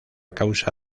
causa